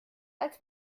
als